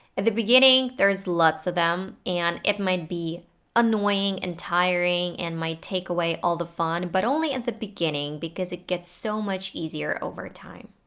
at the beginning there's lots of them and it might be annoying and tiring and might take away all the fun. but only at the beginning because it gets so much easier over time.